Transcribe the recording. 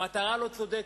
המטרה לא צודקת.